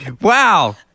Wow